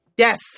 Yes